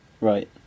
Right